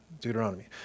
Deuteronomy